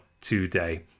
today